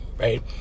Right